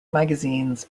magazines